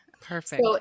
Perfect